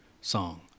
song